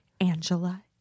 Angela